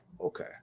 okay